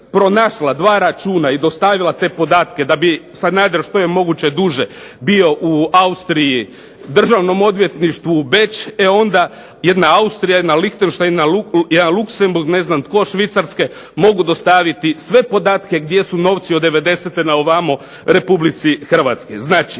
pronašla dva računa i dostavila te podatke da bi Sanader što je moguće duže bio u Austriji, državnom odvjetništvu u Beču, onda jedna Austrija, jedan Lihtenštajn, jedan Luksemburg, ne znam tko, Švicarska, mogu dostaviti sve podatke gdje su novci od '90. na ovamo Republici Hrvatskoj. Znači